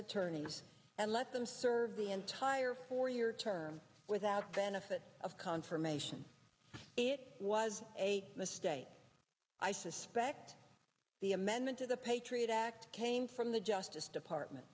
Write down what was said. attorneys and let them serve the entire four year term without benefit of confirmation it was a mistake i suspect the amendment to the patriot act came from the justice department